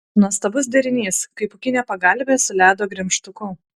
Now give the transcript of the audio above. nuostabus derinys kaip pūkinė pagalvė su ledo gremžtuku